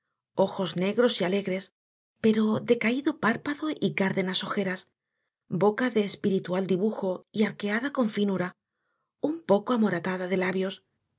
ojos negros y alegres pero de caído párpado y cárdenas ojeras boca de espiritual dibujo y arqueada con finura un poco amoratada de labios con